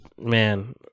Man